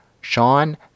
Sean